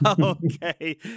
Okay